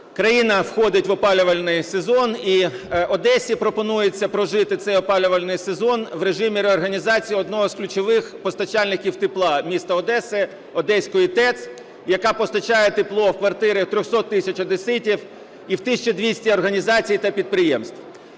країна входить в опалювальний сезон і Одесі пропонується прожити цей опалювальний сезон в режимі реорганізації одного з ключових постачальників тепла міста Одеси – Одеської ТЕЦ, яка постачає тепло в квартири 300 тисяч одеситів і в 1 тисячу 200 організацій та підприємств.